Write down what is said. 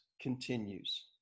continues